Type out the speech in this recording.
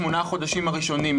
שמונה חודשים הראשונים.